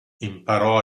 imparò